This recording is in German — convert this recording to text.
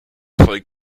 voll